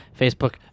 Facebook